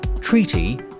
Treaty